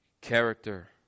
character